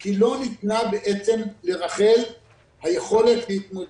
כי לא ניתנה לרח"ל היכולת להתמודד.